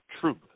truth